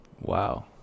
Wow